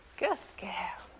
good girl.